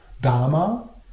Dharma